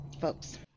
folks